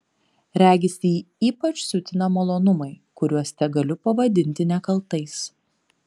regis jį ypač siutina malonumai kuriuos tegaliu pavadinti nekaltais